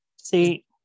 See